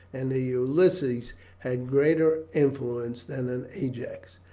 and a ulysses had greater influence than an ajax.